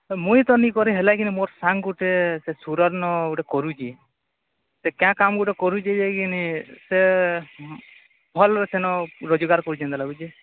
ମୁଇଁ ତ ନାଇଁ କରେ ହେଲା କି ମୋର ସାଙ୍ଗ ଗୋଟେ ସେ ସୁରଟ୍ନେ ଗୋଟେ କରୁଛି ସେ କାଁ କାମ୍ ଗୋଟେ କରୁଛି ଯାଇକରି କିନି ସେ ଭଲ୍ ସେନ ରୋଜଗାର କରୁଛି ଯେନ୍ତା ଲାଗୁଛି